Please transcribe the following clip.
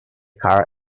car